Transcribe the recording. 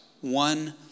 one